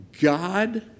God